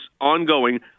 ongoing